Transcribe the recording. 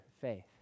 faith